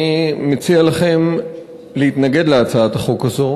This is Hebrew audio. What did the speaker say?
אני מציע לכם להתנגד להצעת החוק הזאת.